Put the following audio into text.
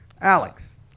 Alex